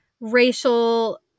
racial